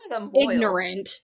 ignorant